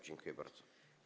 Dziękuję bardzo.